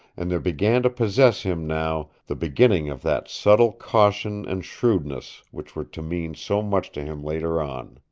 and there began to possess him now the beginning of that subtle caution and shrewdness which were to mean so much to him later on.